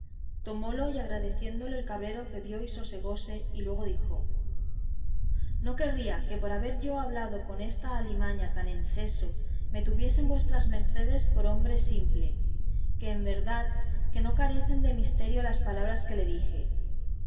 tomólo y agradeciólo el cabrero bebió y sosegóse y luego dijo no querría que por haber yo hablado con esta alimaña tan en seso me tuviesen vuestras mercedes por hombre simple que en verdad que no carecen de misterio las palabras que le dije